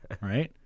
right